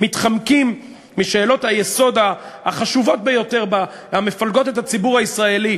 והצעת חוק להסדרת הצבה של כוורות וייצור דבש,